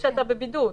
אבל לא כשאתה בבידוד.